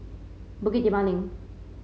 Bukit Timah Link